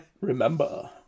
remember